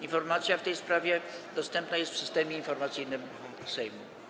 Informacja w tej sprawie dostępna jest w Systemie Informacyjnym Sejmu.